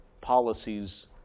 policies